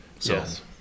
yes